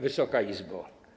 Wysoka Izbo!